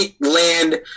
land